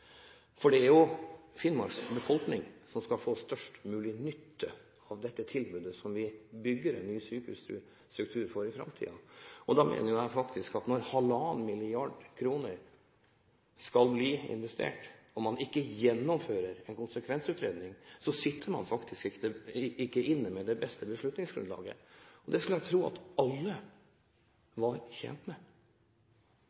For det er jo Finnmarks befolkning som i framtiden skal få størst mulig nytte av dette tilbudet når vi danner en ny sykehusstruktur. Da mener jeg at når man skal investere halvannen milliarder kroner, og man ikke gjennomfører en konsekvensutredning, sitter man faktisk ikke inne med det beste beslutningsgrunnlaget. Det skulle jeg tro at alle